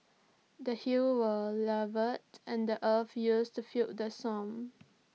the hills were levelled and the earth used to fill the swamps